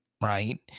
right